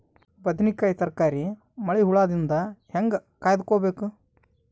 ಬದನೆಕಾಯಿ ತರಕಾರಿ ಮಳಿ ಹುಳಾದಿಂದ ಹೇಂಗ ಕಾಯ್ದುಕೊಬೇಕು?